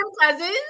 cousins